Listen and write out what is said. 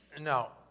Now